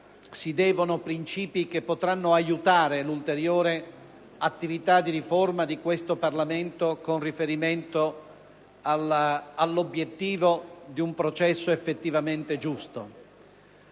di principi che potranno aiutare l'ulteriore attività di riforma di questo Parlamento con riferimento all'obiettivo di un processo effettivamente giusto.